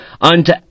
unto